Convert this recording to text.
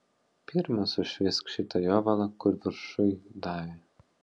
pirma sušveisk šitą jovalą kur viršuj davė